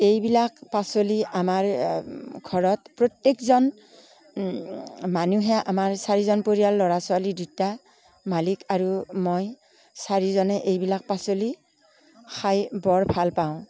এইবিলাক পাচলি আমাৰ ঘৰত প্ৰত্য়েকজন মানুহে আমাৰ চাৰিজন পৰিয়াল ল'ৰা ছোৱালী দুটা মালিক আৰু মই চাৰিজনে এইবিলাক পাচলি খাই বৰ ভাল পাওঁ